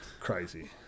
Crazy